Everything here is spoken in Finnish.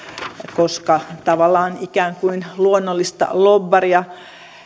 koska tavallaan ikään kuin luonnollista lobbaria